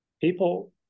People